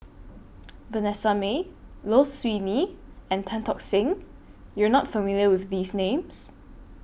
Vanessa Mae Low Siew Nghee and Tan Tock Seng YOU Are not familiar with These Names